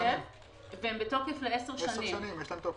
תוקף והן בתוקף לעשר שנים.